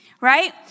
right